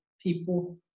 people